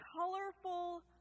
colorful